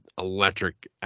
electric